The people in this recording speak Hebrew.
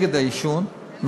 נגד העישון,